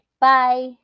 Bye